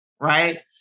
right